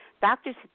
doctors